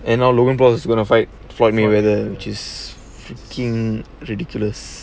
and now robot ball gonna fight fall and ladder which is king ridiculas